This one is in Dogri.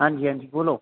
आं जी आं जी बोल्लो